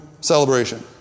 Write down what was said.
celebration